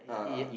a'ah